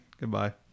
Goodbye